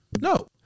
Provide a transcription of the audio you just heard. No